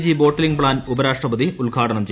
G bottling plant ഉപരാഷ്ട്രപതി ഉദ്ഘാടനം ചെയ്യും